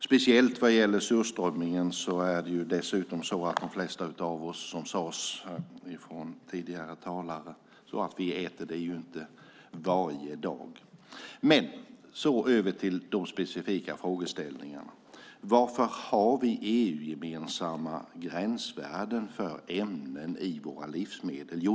Speciellt vad gäller surströmmingen är det dessutom så att de flesta av oss, som sades av tidigare talare, inte äter den varje dag. Över till de specifika frågeställningarna. Varför har vi EU-gemensamma gränsvärden för ämnen i våra livsmedel?